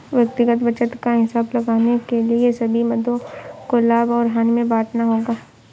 व्यक्तिगत बचत का हिसाब लगाने के लिए सभी मदों को लाभ और हानि में बांटना होगा